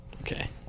okay